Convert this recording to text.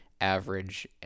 average